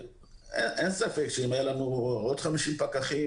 אין ספק שאם היו לנו עוד 50 פקחים,